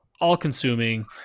all-consuming